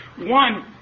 One